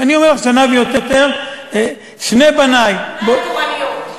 כשאני אומר שנה ויותר, שני בני, אולי התורניות.